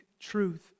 truth